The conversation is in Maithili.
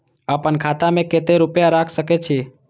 आपन खाता में केते रूपया रख सके छी?